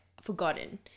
forgotten